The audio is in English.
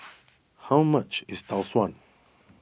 how much is Tau Suan